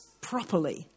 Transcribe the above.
properly